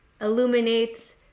illuminates